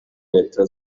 leta